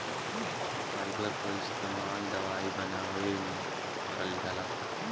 fibre क इस्तेमाल दवाई बनावे में करल जाला